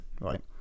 right